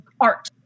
art